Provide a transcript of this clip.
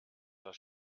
das